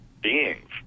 beings